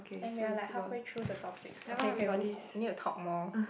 and we're like halfway through the topics okay okay we need we need to talk more